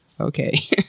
Okay